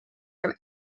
from